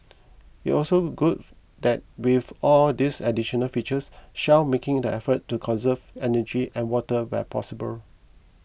it's also good that with all these additional features Shell's making the effort to conserve energy and water where possible